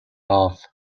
off